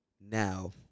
Now